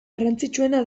garrantzitsuena